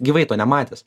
gyvai to nematęs